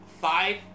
five